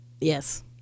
Yes